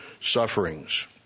sufferings